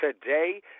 Today